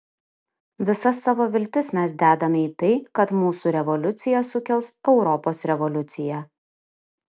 visas savo viltis mes dedame į tai kad mūsų revoliucija sukels europos revoliuciją